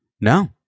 no